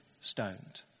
stoned